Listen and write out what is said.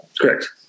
correct